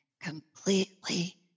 completely